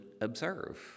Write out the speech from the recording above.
observe